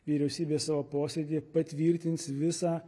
vyriausybė savo posėdyje patvirtins visą